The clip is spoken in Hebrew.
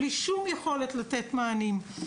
בלי שום יכולת לתת מענים.